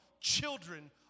children